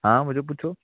ਹਾਂ ਮੁਝੇ ਪੁੱਛੋ